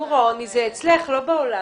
מיגור העוני זה אצלך, לא בעולם.